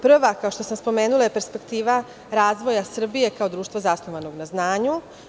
Prva, kao što sam spomenula, je perspektiva razvoja Srbije kao društva zasnovanog na znanju.